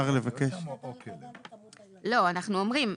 אנחנו אומרים,